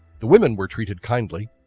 the women were treated kindly,